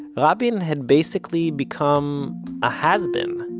rabin had basically become a has been.